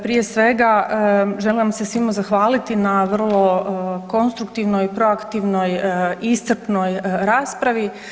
Prije svega želim vam se svima zahvaliti na vrlo konstruktivnoj i proaktivnoj iscrpnoj raspravi.